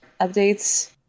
updates